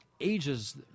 ages